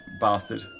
bastard